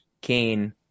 Kane